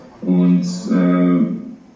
Und